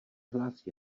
hlásí